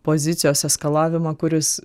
pozicijos eskalavimą kuris